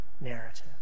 narrative